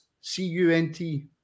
C-U-N-T